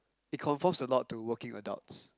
it conforms a lot to working adults